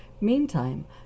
Meantime